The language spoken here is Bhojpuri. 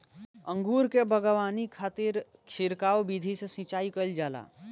अंगूर के बगावानी खातिर छिड़काव विधि से सिंचाई कईल जाला